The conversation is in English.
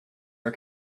are